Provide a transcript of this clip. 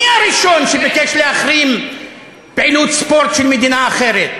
מי הראשון שביקש להחרים פעילות ספורט של מדינה אחרת?